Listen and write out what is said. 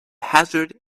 hazard